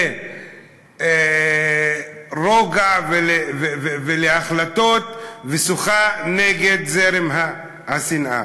לרוגע ולהחלטות ושוחה נגד זרם השנאה.